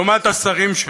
לעומת השרים שלה,